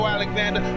Alexander